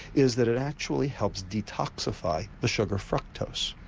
is that it actually helps detoxify the sugar fructose.